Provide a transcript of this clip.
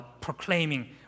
proclaiming